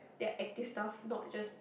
ya active stuff not just